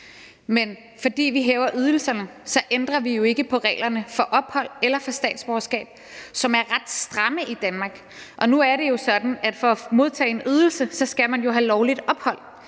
Men fordi vi hæver ydelserne, ændrer vi jo ikke på reglerne for ophold eller for statsborgerskab, som er ret stramme i Danmark. Nu er det jo sådan, at for at modtage en ydelse skal man have lovligt ophold